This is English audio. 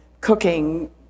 cooking